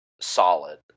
solid